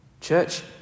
Church